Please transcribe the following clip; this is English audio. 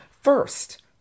first